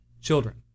children